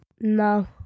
No